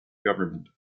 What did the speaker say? government